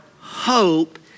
hope